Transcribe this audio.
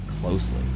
closely